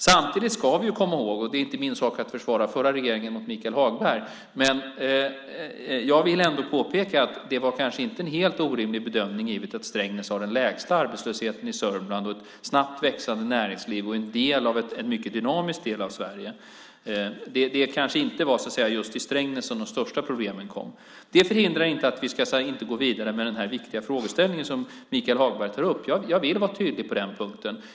Samtidigt ska vi komma ihåg - det är inte min sak att försvara den förra regeringen mot Michael Hagberg, men jag vill ändå påpeka detta - att det kanske inte var en helt orimlig bedömning, givet att Strängnäs har den lägsta arbetslösheten i Södermanland, ett snabbt växande näringsliv och är en del av ett mycket dynamiskt område av Sverige. Det kanske inte var just i Strängnäs som de största problemen kom. Det förhindrar inte att vi ska gå vidare med den viktiga frågeställning som Michael Hagberg tar upp. Jag vill vara tydlig på den punkten.